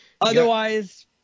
otherwise